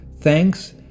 Thanks